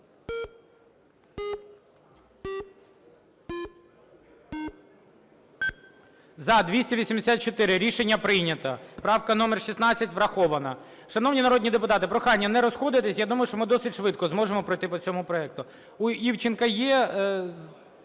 За – 284. Рішення прийнято. Правка номер 16 врахована. Шановні народні депутати, прохання не розходитись. Я думаю, що ми досить швидко зможемо пройти по цьому проекту. У Івченка є,